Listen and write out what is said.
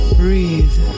breathe